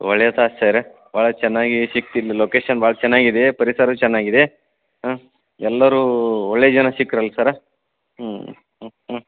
ಒಳ್ಳೆದಾಯ್ತ್ sir ಭಾಳ ಚೆನ್ನಾಗಿ ಸಿಕ್ಕಿತಿಲ್ಲಿ ಲೊಕೇಶನ್ ಭಾಳ ಚೆನ್ನಾಗಿದೆ ಪರಿಸರ ಚೆನ್ನಾಗಿದೆ ಹಾಂ ಎಲ್ಲರೂ ಒಳ್ಳೆಯ ಜನ ಸಿಕ್ರಲ್ಲ ಸರ್ ಹ್ಞೂ ಹ್ಞೂ ಹ್ಞೂ